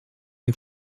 les